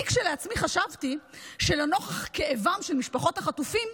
אני כשלעצמי חשבתי שלנוכח כאבן של משפחות החטופים,